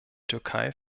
türkei